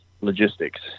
logistics